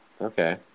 Okay